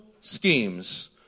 schemes